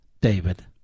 David